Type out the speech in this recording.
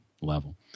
level